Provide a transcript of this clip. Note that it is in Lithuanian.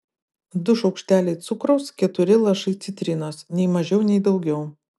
du šaukšteliai cukraus keturi lašai citrinos nei mažiau nei daugiau